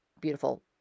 beautiful